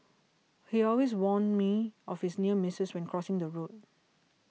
he always warn me of his near misses when crossing the road